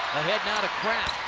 ahead now to craft